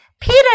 Peter